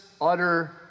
utter